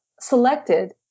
selected